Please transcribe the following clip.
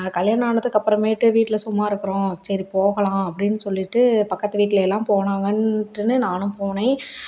கல்யாணம் ஆனதுக்கு அப்புறமேட்டு வீட்டில் சும்மா இருக்கிறோம் சரி போகலாம் அப்படின் சொல்லிட்டு பக்கத்து வீட்டில் எல்லாம் போனாங்கனுட்டுன்னு நானும் போனேன்